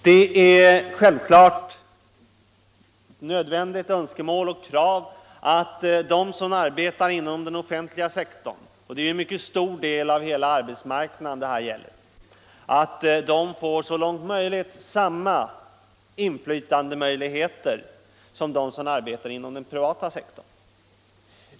Det är självklart ett nödvändigt krav att de som arbetar inom den offentliga sektorn — en mycket stor del av hela arbetskraften — så långt möjligt får samma möjligheter till inflytande som de som arbetar inom den privata sektorn.